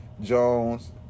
Jones